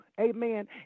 amen